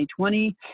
2020